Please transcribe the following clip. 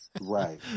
Right